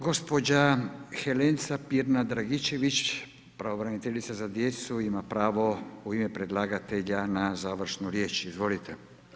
Gospođa Helenca Pirnat-Dragičević, pravobraniteljica za djecu ima pravo u ime predlagatelja na završnu riječ, izvolite.